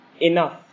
enough